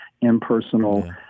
impersonal